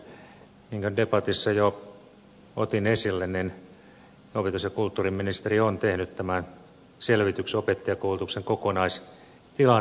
niin kuin debatissa jo otin esille opetus ja kulttuuriministeri on tehnyt selvityksen opettajankoulutuksen kokonaistilanteesta